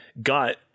got